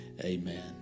amen